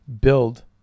build